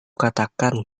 katakan